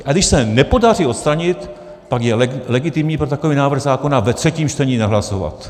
A když se nepodaří odstranit, pak je legitimní pro takový návrh zákona ve třetím čtení nehlasovat.